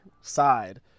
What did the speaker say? side